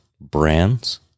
brands